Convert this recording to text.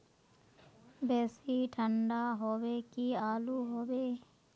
बेसी ठंडा होबे की आलू होबे